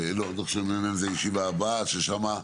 לא, דו"ח של מ"מ זו ישיבה הבאה ששם,